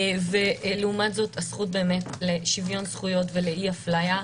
ולעומת זאת הזכות לשוויון זכויות ולאי הפליה.